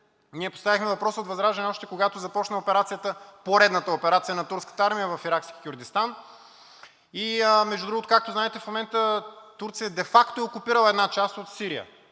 поставихме въпроса още когато започна операцията, поредната операция на турската армия в Иракски Кюрдистан и между другото, както знаете, Турция де факто е окупирала една част от Сирия,